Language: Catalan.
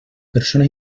persona